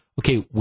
okay